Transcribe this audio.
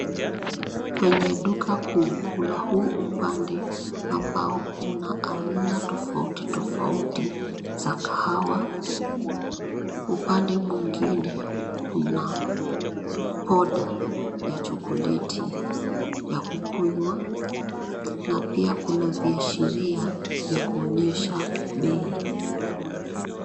Kwenye duka kuu kuna huu upande ambao una aina tofauti, tofauti za kahawa. Upande mwingine kuna poda ya chokoleti ya kukunywa na pia kuna viashiria vya kuonyesha bei.